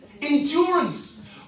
Endurance